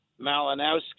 Malinowski